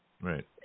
right